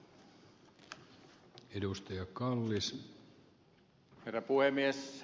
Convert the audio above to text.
herra puhemies